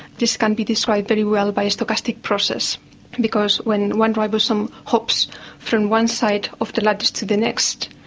this can be described very well by a stochastic process because when one ribosome hops from one side of the lattice to the next,